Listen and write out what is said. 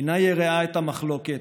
אינה יראה את המחלוקת.